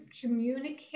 communicate